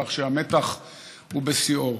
כך שהמתח הוא בשיאו.